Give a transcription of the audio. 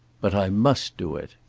but i must do it.